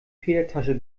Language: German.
federtasche